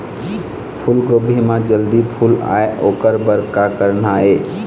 फूलगोभी म जल्दी फूल आय ओकर बर का करना ये?